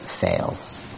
fails